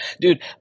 dude